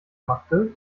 machte